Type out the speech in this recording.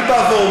אני בא ואומר: